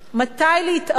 מתי להתערב,